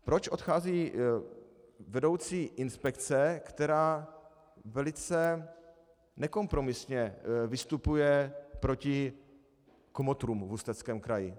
Proč odchází vedoucí inspekce, která velice nekompromisně vystupuje proti kmotrům v Ústeckém kraji?